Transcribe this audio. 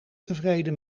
tevreden